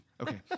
Okay